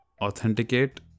authenticate